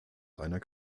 einer